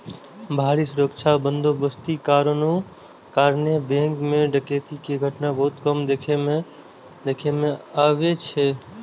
भारी सुरक्षा बंदोबस्तक कारणें बैंक मे डकैती के घटना बहुत कम देखै मे अबै छै